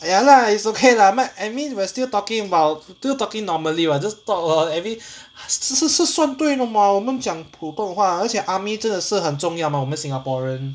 ya lah it's okay lah I mean we're still talking about still talking normally what just talk lor every 这是是算对了吗我们讲普通话而且 army 真的是很重要 mah 我们 singaporean